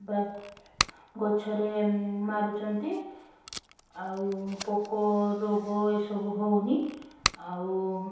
ବା ଗଛରେ ମାରୁଛନ୍ତି ଆଉ ପୋକ ରୋଗ ଏସବୁ ହେଉନି ଆଉ